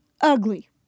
ugly